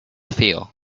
feel